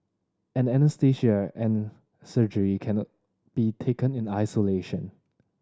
anaesthesia and surgery cannot be taken in isolation